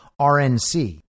RNC